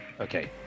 Okay